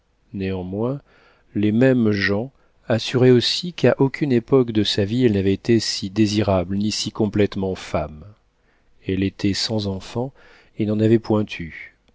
néanmoins les mêmes gens assuraient aussi qu'à aucune époque de sa vie elle n'avait été si désirable ni si complétement femme elle était sans enfants et n'en avait point eu